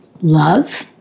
love